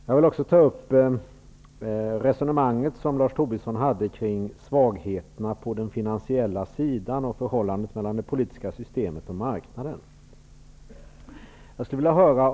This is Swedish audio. Jag vill också återkomma till Lars Tobissons resonemang kring svagheterna på den finansiella sidan och förhållandet mellan det politiska systemet och marknaden.